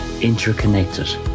interconnected